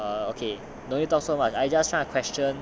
err okay don't need talk so much I just trying to question